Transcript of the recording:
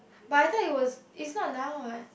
but I thought it was is not now what